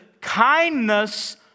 kindness